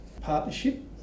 Partnership